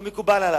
לא מקובל עלי.